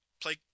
Play